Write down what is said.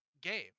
game